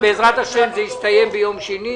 בעזרת השם זה יסתיים ביום שני.